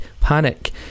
panic